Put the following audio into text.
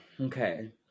Okay